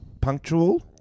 Punctual